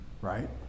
Right